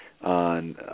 on